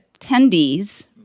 attendees